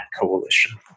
coalition